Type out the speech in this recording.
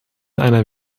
einer